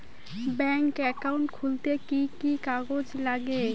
Bank account খুলতে কি কি কাগজ লাগে?